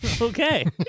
Okay